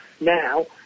now